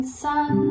sun